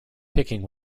picking